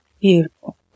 Beautiful